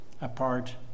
apart